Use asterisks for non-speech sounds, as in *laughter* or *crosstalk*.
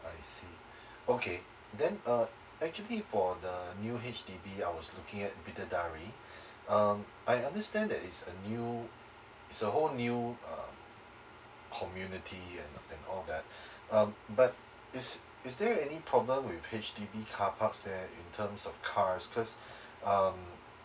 I see *breath* okay then uh actually for the new H_D_B I was looking at bidadari *breath* um I understand that is a new it's a whole new um community and and all that *breath* um but is is there any problem with H_D_B car parks there terms of cars because *breath* um